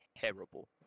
terrible